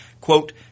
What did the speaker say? quote